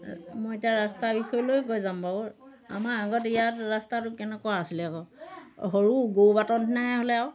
মই এতিয়া ৰাস্তাৰ বিষয়লৈ কৈ যাম বাৰু আমাৰ আগত ইয়াত ৰাস্তাটো কেনেকুৱা আছিলে আকৌ সৰু গৰু বাটৰ নিচিনাহে হ'লে আৰু